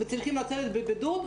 וצריכים להיות בבידוד,